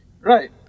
Right